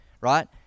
Right